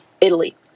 Italy